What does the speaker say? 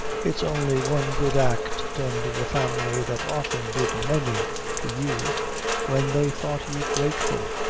it's only one good act done to a family that often did many to you when they thought you grateful.